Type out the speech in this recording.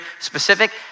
specific